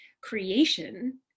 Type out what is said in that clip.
creation